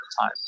time